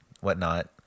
whatnot